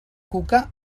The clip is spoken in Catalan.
cuca